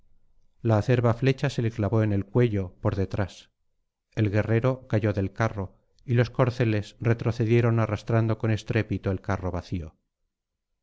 la acerba flecha se le clavó en el cuello por detrás el guerrero cayó del carro y los corceles retrocedieron arrastrando con estrépito el carro vacío